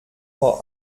vor